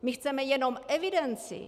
My chceme jenom evidenci.